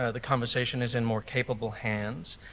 ah the conversation is in more capable hands.